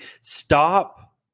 Stop